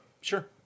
Sure